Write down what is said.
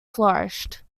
flourished